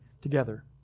together